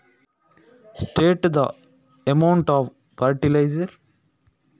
ರಸಗೊಬ್ಬರ ಹಾಕುವ ಪ್ರಮಾಣ ತಿಳಿಸಿ